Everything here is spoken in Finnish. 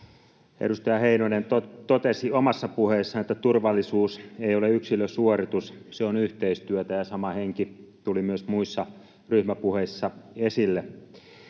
Edustaja Heinonen totesi omassa puheessaan, että turvallisuus ei ole yksilösuoritus, se on yhteistyötä, ja sama henki tuli myös muissa ryhmäpuheissa esille.